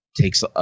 takes